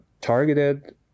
targeted